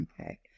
Okay